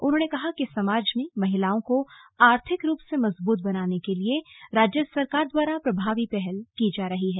उन्होंने कहा कि समाज में महिलाओं को आर्थिक रूप से मजबूत बनाने के लिए राज्य सरकार द्वारा प्रभावी पहल की जा रही है